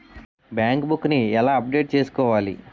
Bank book నీ ఎలా update చేసుకోవాలి?